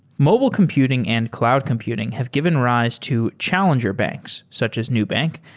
mobile computing and cloud computing have given rise to challenger banks, such as nubank,